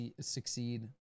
succeed